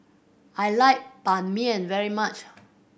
I like Banh Mi very much